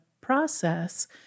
process